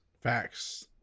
Facts